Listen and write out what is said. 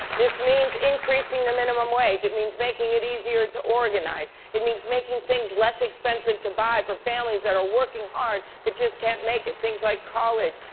this means increasing the minimum wage. it means making it easier to organize. it means making things less expensive to buy for families that are working hard, but just can't make it. things like college.